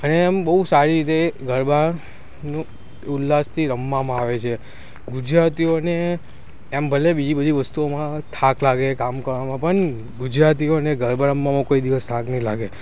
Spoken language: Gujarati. અને આમ બહુ સારી રીતે ગરબાનું ઉલ્લાસથી રમવામાં આવે છે ગુજરાતીઓને એમ ભલે બીજી બધી વસ્તુઓમાં થાક લાગે કામ કરવામાં પણ ગુજરાતીઓને ગરબા રમવામાં કોઈ દિવસ થાક નહીં લાગે